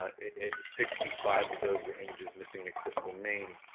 ah sixty five of those were images missing an accessible name.